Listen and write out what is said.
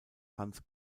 hans